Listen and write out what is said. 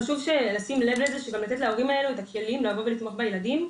חשוב לשים לב ולתת להורים האלה את הכלים לבוא ולתמוך בילדים.